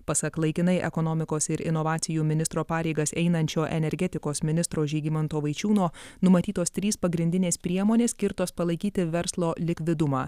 pasak laikinai ekonomikos ir inovacijų ministro pareigas einančio energetikos ministro žygimanto vaičiūno numatytos trys pagrindinės priemonės skirtos palaikyti verslo likvidumą